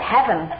Heaven